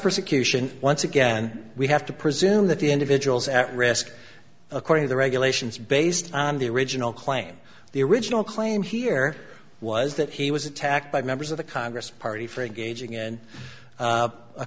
persecution once again we have to presume that the individuals at risk according to the regulations based on the original claim the original claim here was that he was attacked by members of the congress party for engaging